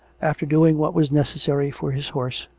after doing what was necessary for his horse,